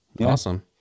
Awesome